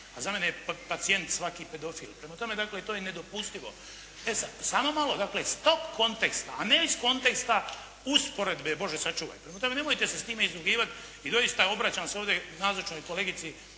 A za mene je pacijent svaki pedofil. Prema tome, dakle, to je nedopustivo. E, sada, samo malo, dakle, iz tog konteksta a ne iz konteksta usporedbe Bože sačuvaj. Prema tome, nemojte se sa time izrugivati i doista obraćam se ovdje nazočnoj kolegici